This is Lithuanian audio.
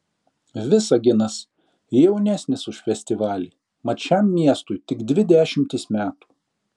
visaginas jaunesnis už festivalį mat šiam miestui tik dvi dešimtys metų